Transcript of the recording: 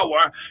power